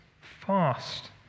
fast